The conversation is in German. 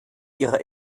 ihrer